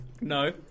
no